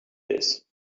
this